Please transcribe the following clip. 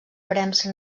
premsa